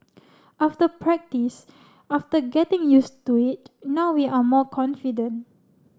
after practice after getting used to it now we are more confident